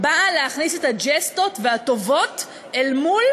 באה להכניס את הג'סטות והטובות אל מול